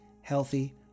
healthy